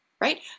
Right